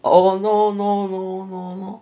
oh no no no no no